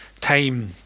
time